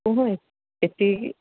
ଏତିକି